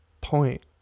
point